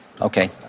Okay